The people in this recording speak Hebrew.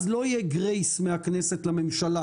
אז לא יהיה גרייס מהכנסת לממשלה,